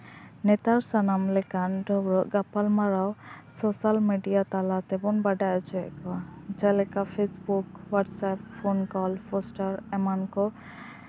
ᱱᱮᱛᱟᱨ ᱥᱟᱱᱟᱢ ᱞᱮᱠᱟᱱ ᱰᱚᱜᱚᱨ ᱜᱟᱯᱟᱞᱢᱟᱨᱟᱣ ᱥᱳᱥᱟᱞ ᱢᱮᱰᱤᱭᱟ ᱛᱟᱞᱟᱛᱮᱵᱚᱱ ᱵᱟᱰᱟᱭ ᱦᱚᱪᱚᱭᱮᱫ ᱠᱚᱣᱟ ᱡᱮᱞᱮᱠᱟ Facebook WhatsApp phone call poster ᱮᱢᱟᱱ ᱠᱚ